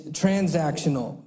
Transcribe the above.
transactional